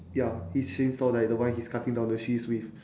ya his chainsaw like the one he's cutting down the trees with